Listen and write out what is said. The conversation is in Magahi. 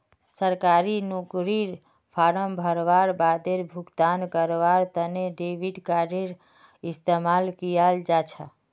सरकारी नौकरीर फॉर्म भरवार बादे भुगतान करवार तने डेबिट कार्डडेर इस्तेमाल कियाल जा छ